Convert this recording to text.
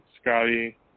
Scotty